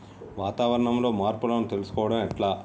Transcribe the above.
వాతావరణంలో మార్పులను తెలుసుకోవడం ఎట్ల?